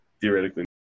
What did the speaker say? theoretically